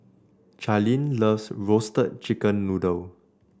Charline loves Roasted Chicken Noodle